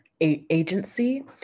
agency